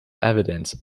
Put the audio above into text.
evidence